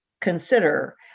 consider